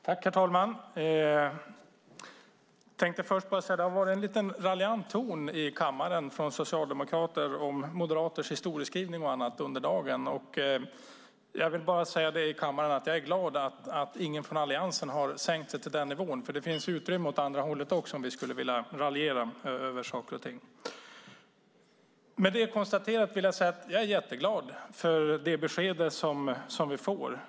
Herr talman! Det har varit en lite raljant ton i kammaren från socialdemokrater om moderaters historieskrivning och annat under dagen. Jag vill bara säga att jag är glad att ingen från Alliansen har sänkt sig till den nivån, för det finns utrymme åt andra hållet också om vi skulle vilja raljera över saker och ting. Med detta konstaterat vill jag säga att jag är jätteglad för det besked vi får.